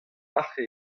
aze